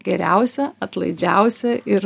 geriausia atlaidžiausia ir